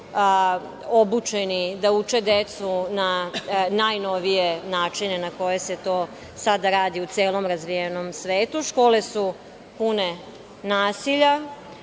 obučeni da uče decu na najnovije načine na koje se to sada radi u celom razvijenom svetu. Škole su pune nasilja.